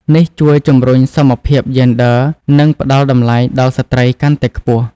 នេះជួយជំរុញសមភាពយេនឌ័រ និងផ្តល់តម្លៃដល់ស្ត្រីកាន់តែខ្ពស់។